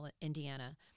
Indiana